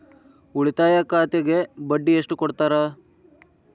ಉಳಿತಾಯ ಖಾತೆಗೆ ಬಡ್ಡಿ ಎಷ್ಟು ಕೊಡ್ತಾರ?